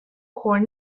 core